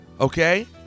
Okay